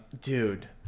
dude